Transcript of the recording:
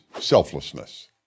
selflessness